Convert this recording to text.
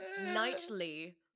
Nightly